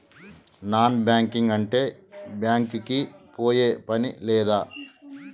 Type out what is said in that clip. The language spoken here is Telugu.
నాన్ బ్యాంకింగ్ అంటే బ్యాంక్ కి పోయే పని లేదా?